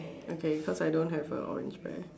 okay cause I don't have a orange pear